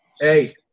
hey